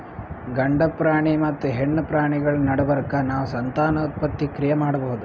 ಗಂಡ ಪ್ರಾಣಿ ಮತ್ತ್ ಹೆಣ್ಣ್ ಪ್ರಾಣಿಗಳ್ ನಡಬರ್ಕ್ ನಾವ್ ಸಂತಾನೋತ್ಪತ್ತಿ ಕ್ರಿಯೆ ಮಾಡಬಹುದ್